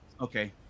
Okay